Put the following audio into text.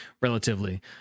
relatively